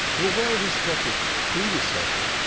the well-respected predecessor,